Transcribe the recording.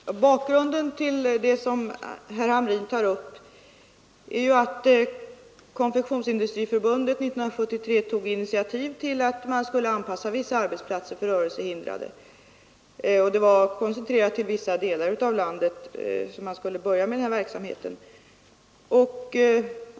Herr talman! Bakgrunden till den fråga herr Hamrin tar upp är att Konfektionsindustriförbundet år 1973 tagit initiativ till en anpassning av en del arbetsplatser till rörelsehindrade. Denna verksamhet skall till en början koncentreras till vissa delar av landet.